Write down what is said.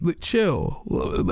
chill